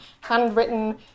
handwritten